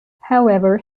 however